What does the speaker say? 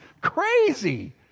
crazy